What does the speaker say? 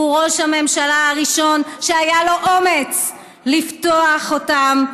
הוא ראש המשלה הראשון שהיה לו אומץ לפתוח אותם.